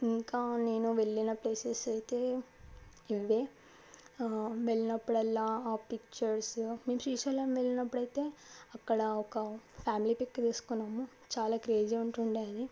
ఇంకా నేను వెళ్లిన ప్లేసెస్ అయితే ఇవే వెళ్ళినప్పుడల్లా ఆ పిక్చర్స్ మేం శ్రీశైలం వెళ్ళినప్పుడు అయితే అక్కడ ఒక ఫ్యామిలీ పిక్ తీసుకున్నాము చాలా క్రేజీ ఉంటుండే అది